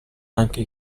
anche